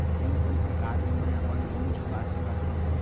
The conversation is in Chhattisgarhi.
कोन कोन प्रकार ले मैं अपन लोन चुका सकत हँव?